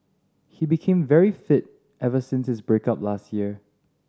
he became very fit ever since his break up last year